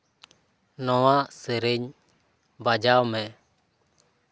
ᱱᱚᱣᱟ ᱥᱮᱨᱮᱧ ᱵᱟᱡᱟᱣ ᱢᱮ